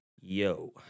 Yo